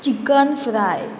chicken fry